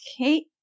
Okay